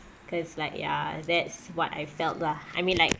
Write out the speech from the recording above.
cause like ya that's what I felt lah I mean like